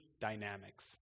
dynamics